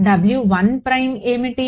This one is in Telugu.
W1 ఏమిటి